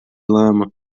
lama